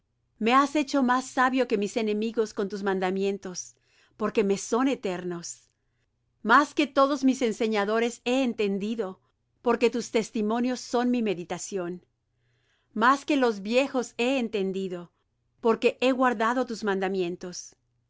me has hecho más sabio que mis enemigos con tus mandamientos porque me son eternos más que todos mis enseñadores he entendido porque tus testimonios son mi meditación más que los viejos he entendido porque he guardado tus mandamientos